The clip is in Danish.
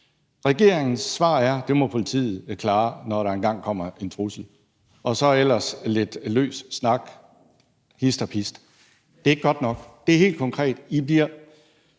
regeringens svar er, at det må politiet klare, når der engang kommer en trussel, og så er der ellers lidt løs snak hist og pist. Det er ikke godt nok. Det er helt konkret. Regeringen